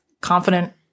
confident